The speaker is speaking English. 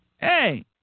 Hey